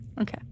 Okay